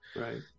Right